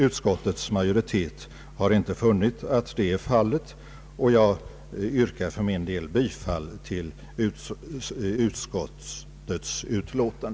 Utskottets majoritet har inte funnit att detta är fallet, och jag yrkar för min del bifall till utskottets hemställan.